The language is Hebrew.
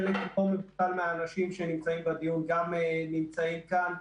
חלק לא מבוטל מהאנשים שנמצאים בדיון גם נמצאים כאן.